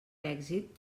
èxit